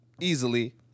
easily